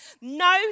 No